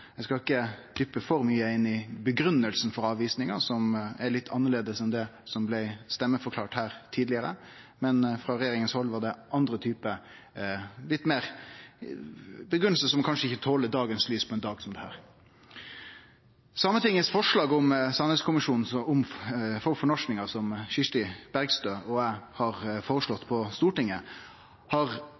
Vi skal ikkje dykke for djupt ned i grunngivinga for avvisinga, som er litt annleis enn det som blei stemmeforklart her tidlegare. Frå regjeringa si side var det ei grunngiving som kanskje ikkje toler dagens lys på ein dag som denne. Forslaget frå Sametinget om ein sanningskommisjon for fornorskinga, som Kirsti Bergstø og eg har fremja på Stortinget, har